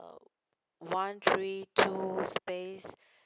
one three two space